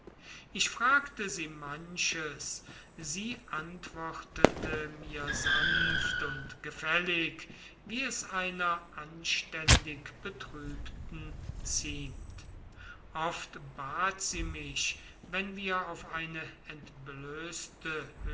ich fragte sie manches sie antwortete mir sanft und gefällig wie es einer anständig betrübten ziemt oft bat sie mich wenn wir auf eine entblößte